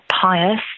pious